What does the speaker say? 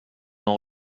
n’en